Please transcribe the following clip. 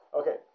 okay